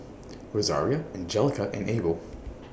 Rosaria Anjelica and Abel